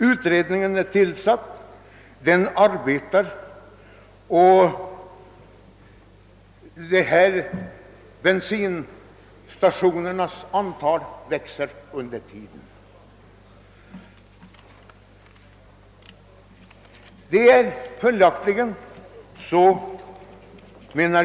Utredningen är tillsatt och arbetar, men bensinstationernas antal växer under tiden.